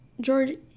George